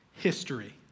History